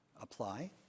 apply